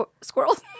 Squirrels